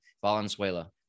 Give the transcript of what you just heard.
Valenzuela